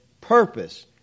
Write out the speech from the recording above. purpose